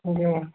जी